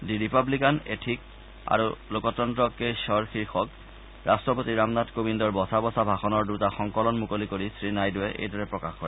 D republican ethic আৰু লোকতন্ত্ৰ কে স্বৰ শীৰ্ষক ৰাট্টপতি ৰামনাথ কোবিন্দৰ বচা বচা ভাষণৰ দুটা সংকলন মুকলি কৰি শ্ৰীনাইডুৱে এইদৰে প্ৰকাশ কৰে